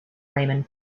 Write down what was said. raymond